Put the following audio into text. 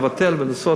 לבטל ולעשות,